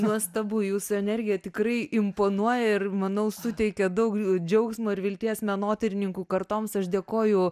nuostabu jūsų energija tikrai imponuoja ir manau suteikia daug džiaugsmo ir vilties menotyrininkų kartoms aš dėkoju